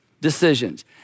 decisions